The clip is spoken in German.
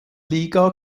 liga